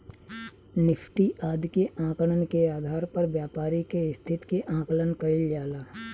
Nifty आदि के आंकड़न के आधार पर व्यापारि के स्थिति के आकलन कईल जाला